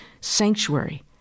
sanctuary